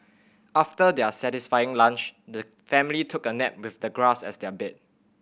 after their satisfying lunch the family took a nap with the grass as their bed